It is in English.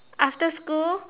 after school